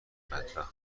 بدبختو